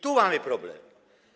Tu mamy problem.